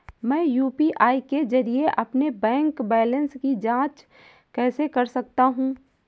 मैं यू.पी.आई के जरिए अपने बैंक बैलेंस की जाँच कैसे कर सकता हूँ?